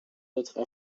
autres